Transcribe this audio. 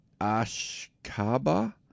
Ashkaba